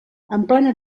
emplena